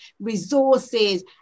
resources